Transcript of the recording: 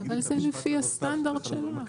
אבל זה לפי הסטנדרט שלך.